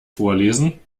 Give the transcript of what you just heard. vorlesen